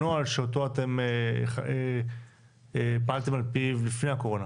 הנוהל שאותו אתם פעלתם על פיו לפני הקורונה.